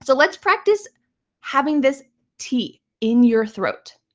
so let's practice having this t in your throat.